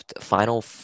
final